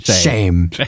Shame